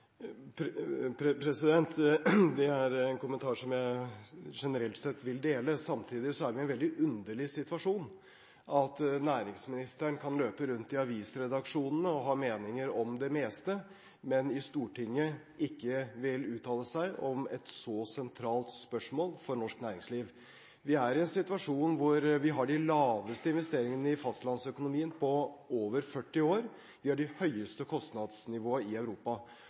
Det er en kommentar som jeg generelt sett vil dele. Samtidig er vi i en veldig underlig situasjon når næringsministeren kan løpe rundt i avisredaksjonene og ha meninger om det meste, men at han i Stortinget ikke vil uttale seg om et så sentralt spørsmål for norsk næringsliv. Vi er i en situasjon hvor vi har de laveste investeringene i fastlandsøkonomien på over 40 år, vi har det høyeste kostnadsnivået i Europa,